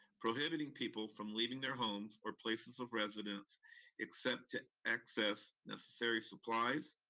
prohibiting people from leaving their homes or places of residence except to access necessary supplies,